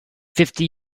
fifty